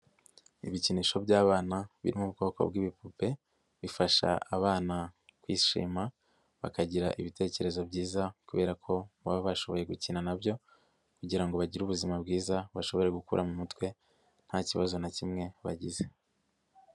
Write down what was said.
Ibikinisho by'abana biri mu bwoko bw'ibipupe, bifasha abana kwishima, bakagira ibitekerezo byiza, kubera ko baba bashoboye gukina nabyo kugira ngo bagire ubuzima bwiza, bashobore gukura mu mutwe nta kibazo na kimwe bagize.